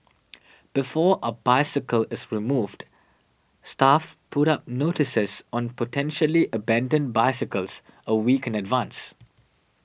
before a bicycle is removed staff put up notices on potentially abandoned bicycles a week in advance